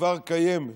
שכבר קיימת.